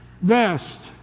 vest